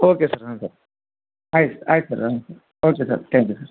okay sir ಹ್ಞೂ sir ಆಯ್ತು ಆಯ್ತು ಸರ್ ಹಾಂ sir okay sir thank you sir